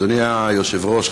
אדוני היושב-ראש,